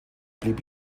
blieb